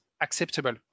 acceptable